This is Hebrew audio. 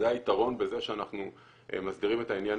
זה היתרון בזה שאנחנו מסדירים את העניין